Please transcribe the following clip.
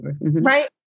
Right